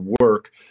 work